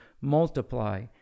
multiply